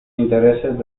intereses